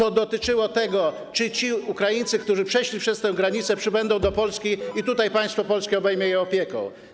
Ono dotyczyło tego, czy ci Ukraińcy, którzy przeszli przez tę granicę, przybędą do Polski i czy tutaj państwo polskie obejmie ich opieką.